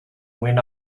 when